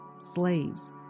Slaves